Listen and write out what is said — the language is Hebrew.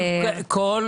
בכל